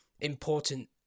important